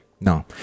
No